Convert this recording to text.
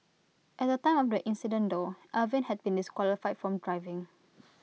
at the time of the incident though Alvin had been disqualified from driving